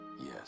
Yes